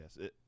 yes